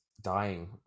dying